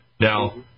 Now